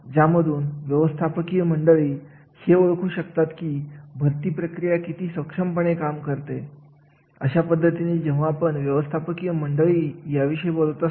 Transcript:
जेव्हा आपण ग्राहक वस्तूंच्या उद्योगाविषयी बोलत असतो तेव्हा इकडे विपणन प्रकारची कार्य महत्त्वाची भूमिका बजावत असतात मग यामध्ये विक्रीचे कार्य असेल हे अतिशय महत्त्वाचे बनते